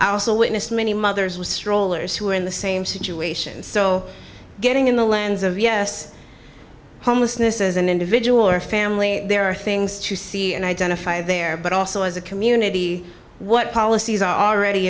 i also witnessed many mothers with strollers who were in the same situation so getting in the lens of yes homelessness as an individual or family there are things to see and identify there but also as a community what policies are already